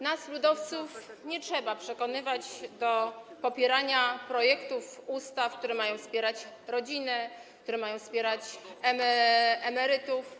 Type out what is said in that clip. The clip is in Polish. Nas, ludowców, nie trzeba przekonywać do popierania projektów ustaw, które mają wspierać rodzinę, które mają wspierać emerytów.